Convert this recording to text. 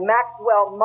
Maxwell